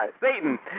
Satan